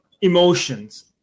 emotions